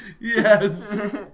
Yes